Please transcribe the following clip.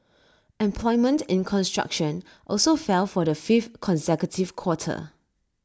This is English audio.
employment in construction also fell for the fifth consecutive quarter